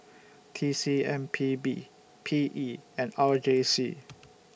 T C M P B P E and R J C